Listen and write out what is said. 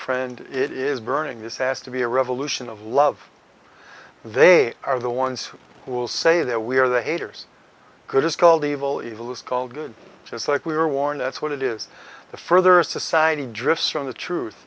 friend it is burning this has to be a revolution of love they are the ones who will say that we are the haters who just called evil evil is called good just like we were warned that's what it is the further a society drifts from the truth